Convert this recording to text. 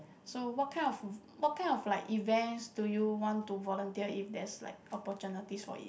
so what kind of what kind of like events do you want to volunteer if there's like opportunities for it